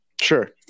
Sure